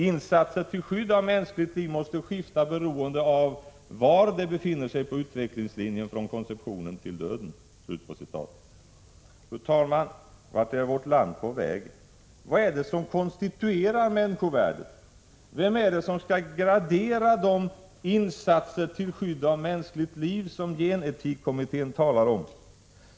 ——— Insatser till skydd av mänskligt liv måste skifta beroende på var det befinner sig på utvecklingslinjen från konceptionen till döden.” Fru talman! Vart är vårt land på väg? Vad är det som konstituerar människovärdet? Vem är det som graderar de ”insatser till skydd av mänskligt liv”, som gen-etik-kommittén talar om?